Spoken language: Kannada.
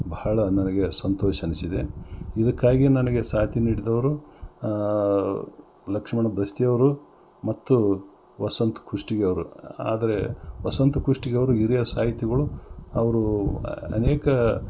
ಬಹಳ ನನಗೆ ಸಂತೋಷ ಅನಿಸಿದೆ ಇದಕ್ಕಾಗಿ ನನಗೆ ಸಾಥಿ ನೀಡಿದವರು ಲಕ್ಷ್ಮಣ್ ದಸ್ತಿಯವರು ಮತ್ತು ವಸಂತ್ ಕುಷ್ಟಗಿ ಅವ್ರು ಆದರೆ ವಸಂತ್ ಕುಷ್ಟಗಿ ಅವ್ರು ಹಿರಿಯ ಸಾಹಿತಿಗಳು ಅವರೂ ಅನೇಕ